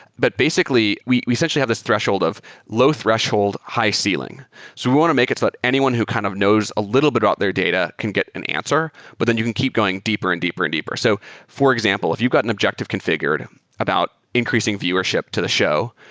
but basically, we we essentially have this threshold of low-threshold, high-ceiling. so we want to make so that anyone who kind of knows a little bit about their data can get an answer, but then you can keep going deeper and deeper and deeper. so for example, if you've got an objective configured about increasing viewership to the show,